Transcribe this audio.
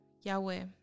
Yahweh